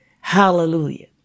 Hallelujah